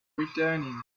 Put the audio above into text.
returning